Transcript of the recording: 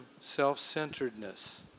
self-centeredness